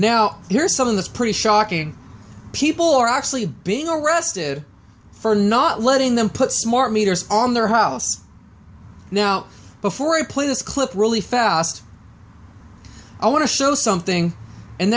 now here's something that's pretty shocking people are actually being arrested for not letting them put smart meters on their house now before i play this clip really fast i want to show something and